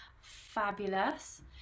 Fabulous